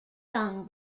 sung